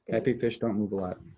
happy fish don't move a lot.